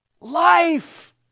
life